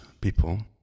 people